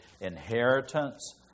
inheritance